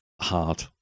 Hard